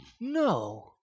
No